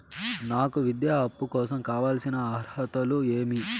నాకు విద్యా అప్పు కోసం కావాల్సిన అర్హతలు ఏమి?